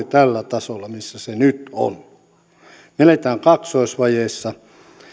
tällä tasolla missä se nyt on me elämme kaksoisvajeessa